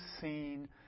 seen